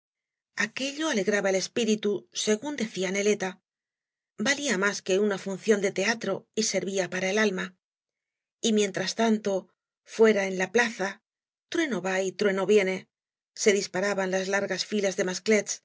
aquello alegraba el espíritu según decía neleta valía más que una función de teatro y servía para el alma y mientras tanto fuera en la plaza trueno va y trueno viene se disparaban las largas filas da